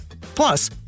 Plus